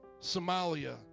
Somalia